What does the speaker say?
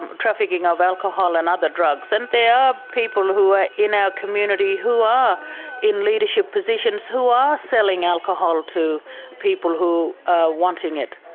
and trafficking of alcohol and other drugs, and there are people who are in our community who are in leadership positions who are selling alcohol to people who are wanting it.